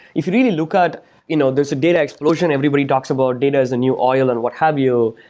if you really look ah at you know there's a data explosion. everybody talks about data is the new oil and what have you.